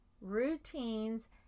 routines